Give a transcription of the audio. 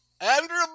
Andrew